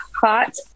hot